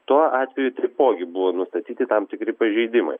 tuo atveju taipogi buvo nustatyti tam tikri pažeidimai